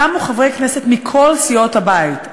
קמו חברי כנסת מכל סיעות הבית,